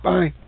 Bye